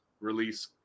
release